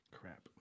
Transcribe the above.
Crap